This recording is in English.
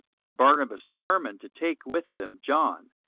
and barnabas determined to take with them john,